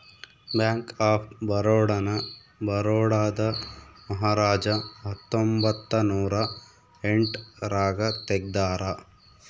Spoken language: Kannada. ಬ್ಯಾಂಕ್ ಆಫ್ ಬರೋಡ ನ ಬರೋಡಾದ ಮಹಾರಾಜ ಹತ್ತೊಂಬತ್ತ ನೂರ ಎಂಟ್ ರಾಗ ತೆಗ್ದಾರ